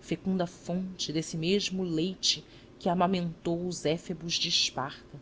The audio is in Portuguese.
fecunda fonte desse mesmo leite que amamentou os éfebos de esparta